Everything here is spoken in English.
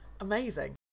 Amazing